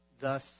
thus